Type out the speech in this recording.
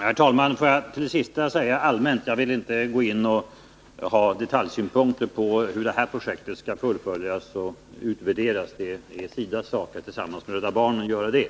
Herr talman! Till det sista vill jag säga allmänt att jag vill inte gå in och anföra detaljsynpunkter på hur projektet skall fullföljas och utvärderas. Det är SIDA:s sak att tillsammans med Rädda barnen göra det.